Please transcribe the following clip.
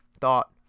thought